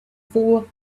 four